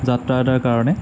যাত্ৰা এটাৰ কাৰণে